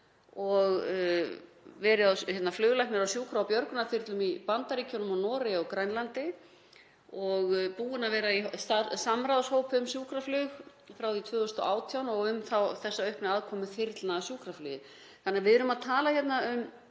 og verið fluglæknir á sjúkra- og björgunarþyrlum í Bandaríkjunum, Noregi og Grænlandi og búinn að vera í samráðshópi um sjúkraflug frá því 2018 og þá um þessa auknu aðkomu þyrlna að sjúkraflugi. Þannig að við erum að tala hérna um